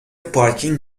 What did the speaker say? پارکینگ